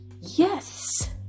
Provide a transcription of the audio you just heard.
Yes